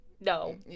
No